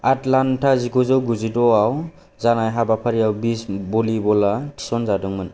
Atlanta जिगुजौ गुजिद'आव जानाय हाबाफारियाव बीच भलीबला थिसनजादोंमोन